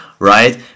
right